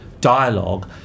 dialogue